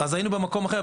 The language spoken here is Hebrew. היינו במקום אחר.